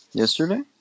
Yesterday